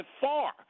far